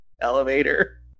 elevator